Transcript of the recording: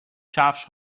کفش